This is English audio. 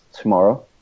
tomorrow